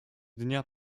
dnia